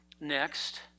next